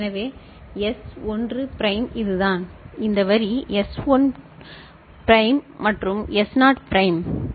எனவே S 1 prime இதுதான் இந்த வரி எஸ் 1 பிரைம் மற்றும் எஸ் நாட் பிரைம் சரி